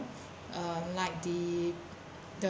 um like the the